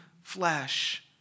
Flesh